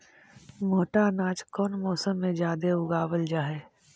मोटा अनाज कौन मौसम में जादे उगावल जा हई?